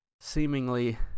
seemingly